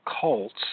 cults